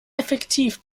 effektiv